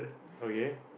okay